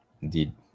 indeed